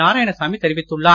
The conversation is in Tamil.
நாராயணசாமி தெரிவித்துள்ளார்